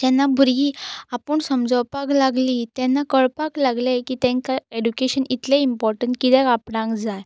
जेन्ना भुरगीं आपूण समजोपाक लागलीं तेन्ना कळपाक लागलें की तेंकां ऍडुकेशन इतलें इम्पॉर्टंट कित्याक आपणाक जाय